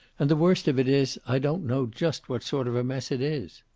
and the worst of it is, i don't know just what sort of a mess it is.